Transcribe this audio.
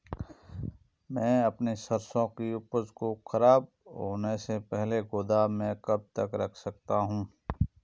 मैं अपनी सरसों की उपज को खराब होने से पहले गोदाम में कब तक रख सकता हूँ?